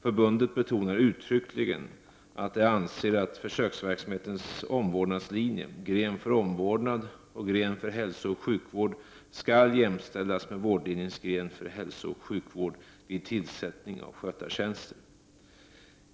Förbundet betonar uttryckligen att det anser att försöksverksamhetens omvårdnadslinje, gren för omvårdnad och gren för hälsooch sjukvård, skall jämställas med vårdlinjens gren för hälsooch sjukvård vid tillsättning av skötartjänster.